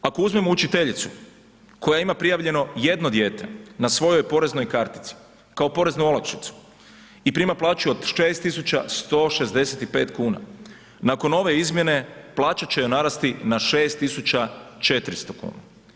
Ako uzmemo učiteljicu koja ima prijavljeno jedno dijete na svojoj poreznoj kartici kao poreznu olakšicu i prima plaću od 6165 kn, nakon ove izmjene, plaća će joj narasti na 6400 kn.